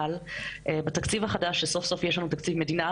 אבל בתקציב החדש סוף סוף יש לנו תקציב מדינה,